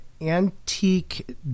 antique